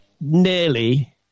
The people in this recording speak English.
nearly